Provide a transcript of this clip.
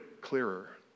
clearer